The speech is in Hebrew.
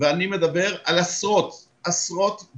ואני מדבר על עשרות ישיבות,